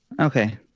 okay